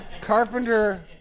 Carpenter